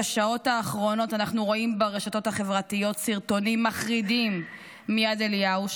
בשעות האחרונות אנחנו רואים ברשתות החברתיות סרטונים מחרידים מיד אליהו,